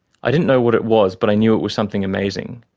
i didn't know what it was, but i knew it was something amazing.